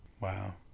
Wow